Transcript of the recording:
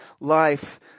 life